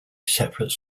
separate